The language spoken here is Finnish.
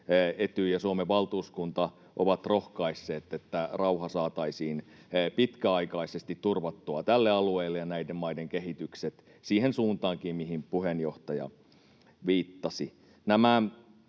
Etyj ja Suomen valtuuskunta ovat rohkaisseet, että rauha saataisiin pitkäaikaisesti turvattua tälle alueelle ja näiden maiden kehitykset siihen suuntaankin, mihin puheenjohtaja viittasi.